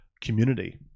community